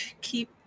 keep